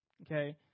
okay